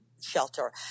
shelter